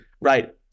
Right